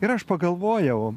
ir aš pagalvojau